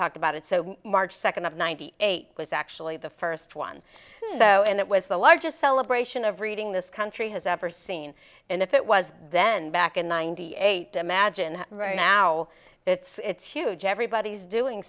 talked about it so march second of ninety eight was actually the first one and it was the largest celebration of reading this country has ever seen and if it was then back in ninety eight imagine right now it's huge everybody's doing